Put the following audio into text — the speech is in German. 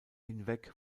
hinweg